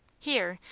here,